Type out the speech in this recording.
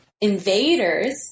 invaders